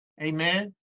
Amen